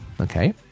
Okay